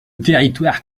territoire